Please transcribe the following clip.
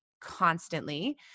constantly